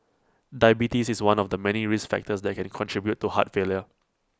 diabetes is one of the many risk factors that can contribute to heart failure